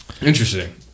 Interesting